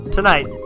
Tonight